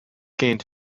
gained